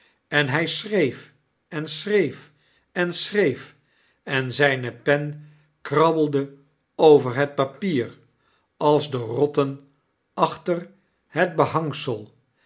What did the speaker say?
en hy schreef en schreef en fchreef en zyne pen krabbelde over het papier als de rotten achter hetbehangselenofhij